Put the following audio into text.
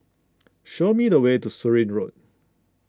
show me the way to Surin Road